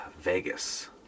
Vegas